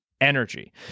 energy